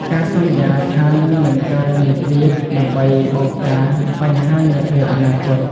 ការសន្យាថានឹងមិនកើតមានទៀត ដើម្បីបង្ការបញ្ហានាពេលអនាគត។